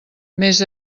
més